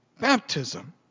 baptism